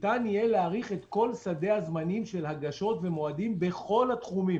ניתן יהיה להאריך את כל שדה הזמנים של הגשות ומועדים בכל התחומים?